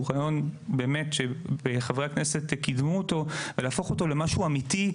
שהוא רעיון שבאמת חברי הכנסת קידמו אותו להפוך אותו למשהו אמיתי,